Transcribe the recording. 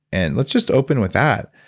and let's just open with that.